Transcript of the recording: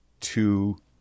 two